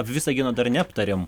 visagino dar neaptarėm